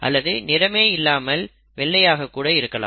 அல்லது நிறமே இல்லாமல் வெள்ளையாக கூட இருக்கலாம்